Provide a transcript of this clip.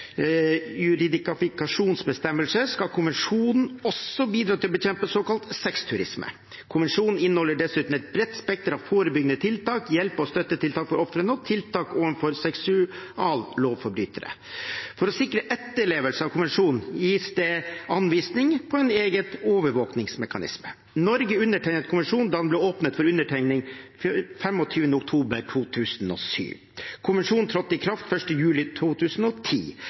skal konvensjonen også kunne bidra til å bekjempe såkalt sexturisme. Konvensjonen inneholder dessuten et bredt spekter av forebyggende tiltak og hjelpe- og støttetiltak for ofrene og tiltak overfor seksuallovbrytere. For å sikre etterlevelse av konvensjonen gis det anvisning på en egen overvåkningsmekanisme. Norge undertegnet konvensjonen da den ble åpnet for undertegning 25. oktober 2007. Konvensjonen trådte i kraft 1. juli 2010.